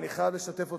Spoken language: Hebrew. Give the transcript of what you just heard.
אני חייב לשתף אותך,